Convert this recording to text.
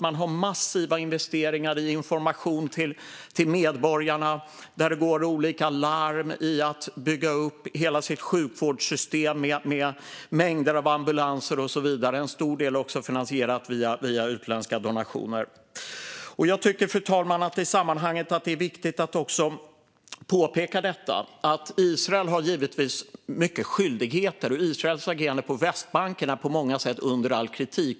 Man har gjort massiva investeringar i information till medborgarna, och det går olika larm. Man har byggt upp hela sitt sjukvårdssystem med mängder av ambulanser och så vidare. En stor del är också finansierat via utländska donationer. Fru talman! Jag tycker att det i sammanhanget är viktigt att påpeka att Israel givetvis har många skyldigheter. Och Israels agerande på Västbanken är på många sätt under all kritik.